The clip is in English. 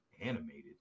Animated